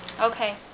Okay